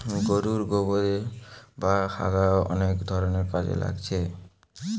গোরুর গোবোর বা হাগা অনেক ধরণের কাজে লাগছে